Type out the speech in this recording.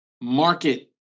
market